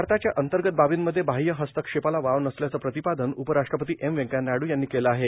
भारताच्या अंतर्गत बाबीमधे बाह्य हस्तक्षेपाला वाव नसल्याचं प्रतिपादन उपराष्ट्रपती एम व्यंकय्या नायड् यांनी केलं आहे